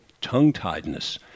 tongue-tiedness